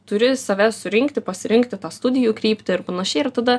turi save surinkti pasirinkti tą studijų kryptį ir panašiai ir tada